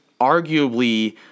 arguably –